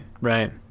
right